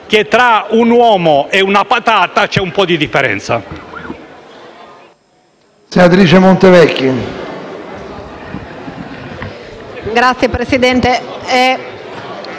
che tra un uomo e una patata c'è un po' di differenza.